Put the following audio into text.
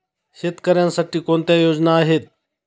शेतकऱ्यांसाठी कोणत्या योजना आहेत?